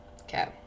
Okay